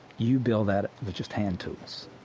you build that with just hand tools.